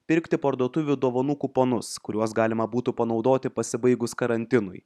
pirkti parduotuvių dovanų kuponus kuriuos galima būtų panaudoti pasibaigus karantinui